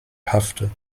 paffte